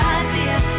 idea